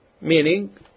Meaning